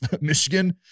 Michigan